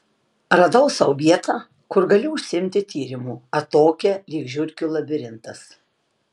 radau sau vietą kur galiu užsiimti tyrimu atokią lyg žiurkių labirintas